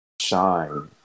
shine